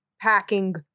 packing